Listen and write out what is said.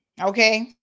okay